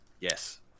yes